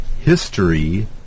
history